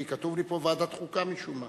כי כתוב לי פה ועדת חוקה, משום מה.